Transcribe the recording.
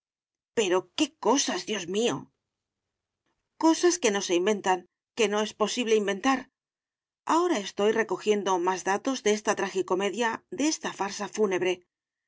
pero qué cosas dios mío cosas que no se inventan que no es posible inventar ahora estoy recojiendo más datos de esta tragicomedia de esta farsa fúnebre